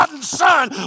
Son